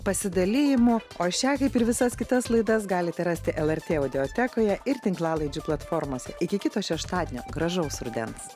pasidalijimų o šią kaip ir visas kitas laidas galite rasti el er tė audiotekoje ir tinklalaidžių platformose iki kito šeštadienio gražaus rudens